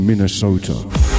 Minnesota